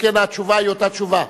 שכן התשובה היא אותה תשובה.